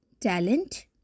talent